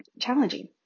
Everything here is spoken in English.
challenging